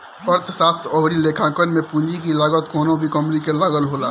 अर्थशास्त्र अउरी लेखांकन में पूंजी की लागत कवनो भी कंपनी के लागत होला